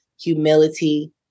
humility